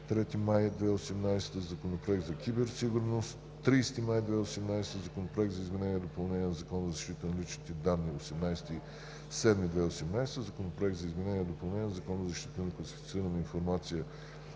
3 май 2018 г. Законопроект за киберсигурност от 30 май 2018 г. Законопроект за изменение и допълнение на Закона за защита на личните данни от 18 юли 2018 г. Законопроект за изменение и допълнение на Закона за защита на класифицираната информация